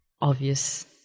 obvious